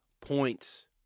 points